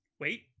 wait